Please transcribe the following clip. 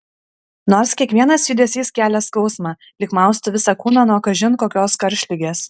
nors kiekvienas judesys kelia skausmą lyg maustų visą kūną nuo kažin kokios karštligės